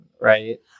right